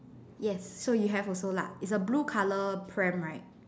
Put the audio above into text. yes so you have also lah is a blue colour pram right